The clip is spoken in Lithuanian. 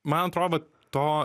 man atrodo to